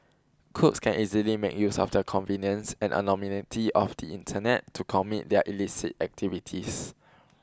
crooks can easily make use of the convenience and anonymity of the Internet to commit their illicit activities